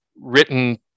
written